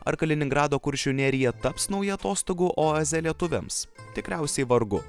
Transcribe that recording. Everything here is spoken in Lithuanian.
ar kaliningrado kuršių nerija taps nauja atostogų oaze lietuviams tikriausiai vargu